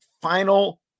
Final